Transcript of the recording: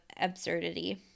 absurdity